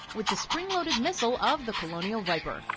with the spring-loaded missile of the colonial viper,